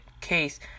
case